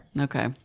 Okay